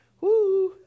Woo